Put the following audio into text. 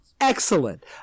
excellent